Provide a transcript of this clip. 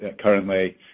currently